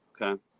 okay